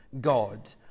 God